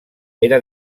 era